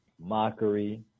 mockery